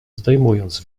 zdejmując